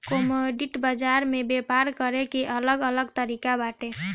commodity बाजार में व्यापार करे के अलग अलग तरिका बाटे